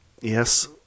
Yes